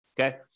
Okay